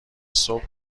صبح